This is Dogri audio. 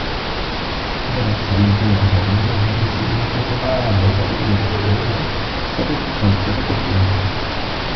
बड़ा सैलीब्रेट करने होन्ने अस इसी इक ध्यार आह्ला लेक्खा सैलीब्रेट करने होन्ने साढ़े इक कल्चर ऐ डोगरी दा